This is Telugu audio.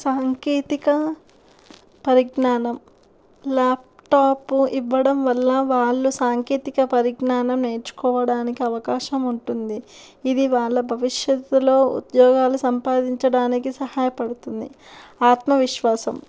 సాంకేతిక పరిజ్ఞానం ల్యాప్టాపు ఇవ్వడం వల్ల వాళ్ళు సాంకేతిక పరిజ్ఞానం నేర్చుకోవడానికి అవకాశం ఉంటుంది ఇది వాళ్ళ భవిష్యత్తులో ఉద్యోగాలు సంపాదించడానికి సహాయపడుతుంది ఆత్మవిశ్వాసం